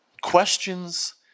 Questions